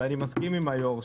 ואני מסכים עם היו"ר,